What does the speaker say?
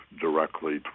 directly